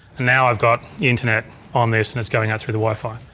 now i've got internet on this and it's going out through the wifi.